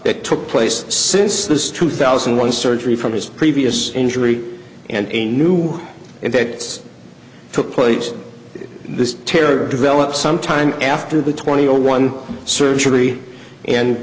that took place since this two thousand and one surgery from his previous injury and a new one and that took place this terror developed some time after the twenty or one surgery and